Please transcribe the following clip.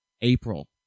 April